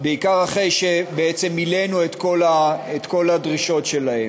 בעיקר אחרי שבעצם מילאנו את כל הדרישות שלהם.